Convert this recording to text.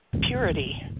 purity